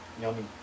Yummy